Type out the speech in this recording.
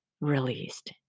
released